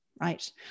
right